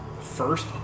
first